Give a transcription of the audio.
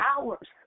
hours